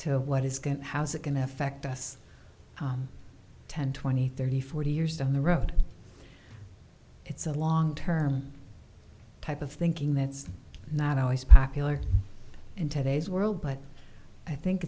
to what is going how's it going to affect us ten twenty thirty forty years down the road it's a long term type of thinking that's not always popular in today's world but i think